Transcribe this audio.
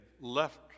left